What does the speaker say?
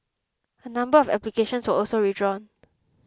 a number of applications were also withdrawn